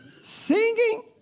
singing